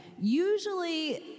usually